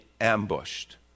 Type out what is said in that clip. ambushed